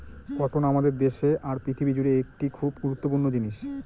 cotton আমাদের দেশে আর পৃথিবী জুড়ে একটি খুব গুরুত্বপূর্ণ জিনিস